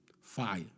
fire